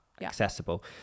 accessible